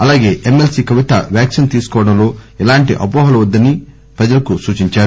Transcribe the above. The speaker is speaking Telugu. అలాగే ఎమ్మెల్సీ కవిత వ్యాక్పిన్ తీసుకోవడంలో ఎలాంటి అపోహలు వద్దని ఆమె ప్రజలకు సూచించారు